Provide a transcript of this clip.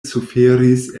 suferis